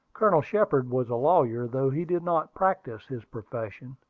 colonel shepard was a lawyer, though he did not practise his profession,